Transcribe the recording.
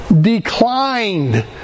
declined